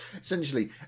Essentially